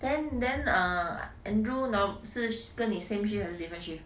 then then ah andrew nor~ 是跟你 same shift 还是 different shift